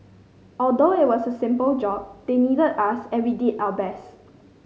although it was a simple job they needed us and we did our best